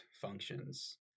functions